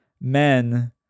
men